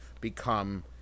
become